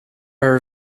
are